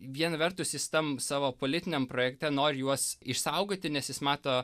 viena vertus jis tam savo politiniam projekte nori juos išsaugoti nes jis mato